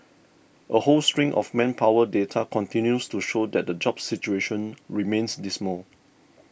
a whole string of manpower data continues to show that the jobs situation remains dismal